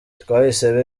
twahisemo